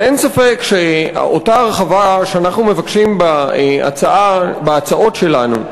אין ספק שאותה הרחבה שאנחנו מבקשים בהצעות שלנו,